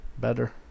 better